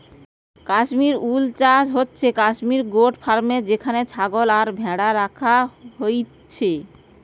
Kashmir wool চাষ হচ্ছে Kashmir goat ফার্মে যেখানে ছাগল আর ভ্যাড়া রাখা হইছে